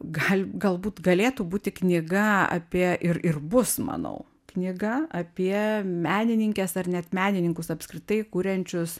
gal galbūt galėtų būti knyga apie ir ir bus manau knyga apie menininkes ar net menininkus apskritai kuriančius